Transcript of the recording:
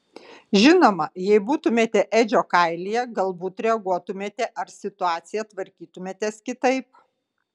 žinoma jei būtumėte edžio kailyje galbūt reaguotumėte ar su situacija tvarkytumėtės kitaip